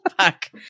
fuck